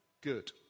good